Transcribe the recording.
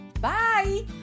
bye